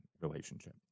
relationship